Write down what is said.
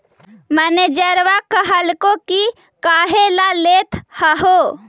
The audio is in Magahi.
मैनेजरवा कहलको कि काहेला लेथ हहो?